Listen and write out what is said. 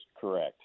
correct